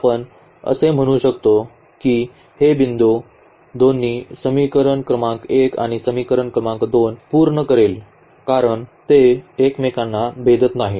आपण असे म्हणू शकतो की हे बिंदू दोन्ही समीकरण क्रमांक 1 आणि समीकरण क्रमांक 2 पूर्ण करेल कारण ते एकमेकांना भेदत नाहीत